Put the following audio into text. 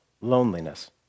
loneliness